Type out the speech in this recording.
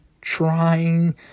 trying